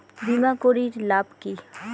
বিমা করির লাভ কি?